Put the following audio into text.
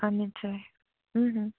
অঁ নিশ্চয়